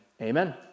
amen